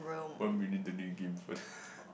one million dollar in game fund